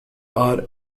are